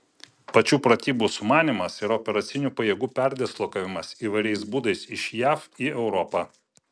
pačių pratybų sumanymas yra operacinių pajėgų perdislokavimas įvairiais būdais iš jav į europą